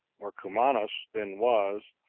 where cumanus then was,